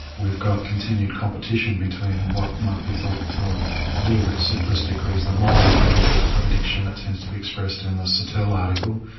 we've got continued competition between what might be thought of a little bit simplistically as the moral view of addiction that tends to be expressed in the satel article,